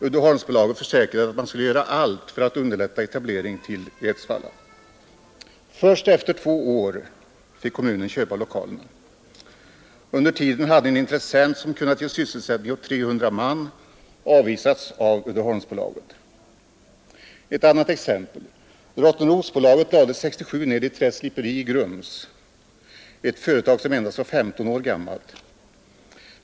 Uddeholms AB försäkrade att man skulle göra allt för att underlätta nyetablering i Edsvalla. Först efter två år fick kommunen köpa lokalerna. Under tiden hade en intressent som kunnat ge sysselsättning åt 300 man avvisats av Uddeholmsbolaget. Ftt annat exempel. Rottneros AB lade 1967 ned ett träsliperi i Grums, ett företag som endast var 15 ar gammalt.